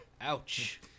Ouch